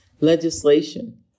legislation